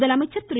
முதலமைச்சர் திரு